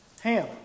Ham